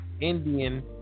Indian